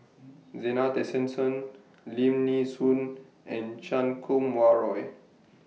Zena Tessensohn Lim Nee Soon and Chan Kum Wah Roy